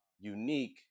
unique